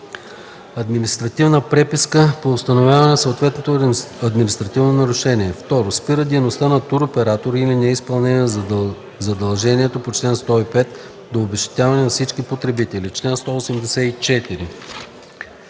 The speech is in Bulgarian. административна преписка по установяване на съответното административно нарушение; 2. спира дейността на туроператор при неизпълнение на задължението по чл. 105 до обезщетяване на всички потребители.”